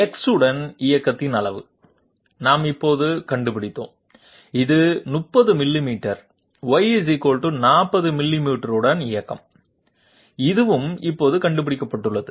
X உடன் இயக்கத்தின் அளவு நாம் இப்போது கண்டுபிடித்தோம் இது 30 மில்லிமீட்டர் y 40 மில்லிமீட்டருடன் இயக்கம் இதுவும் இப்போது கண்டுபிடிக்கப்பட்டுள்ளது